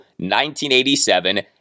1987